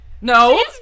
No